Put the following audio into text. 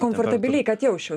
komfortabiliai kad jausčiau